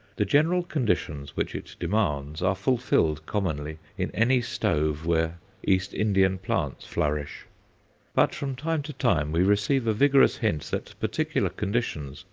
the general conditions which it demands are fulfilled, commonly, in any stove where east indian plants flourish but from time to time we receive a vigorous hint that particular conditions,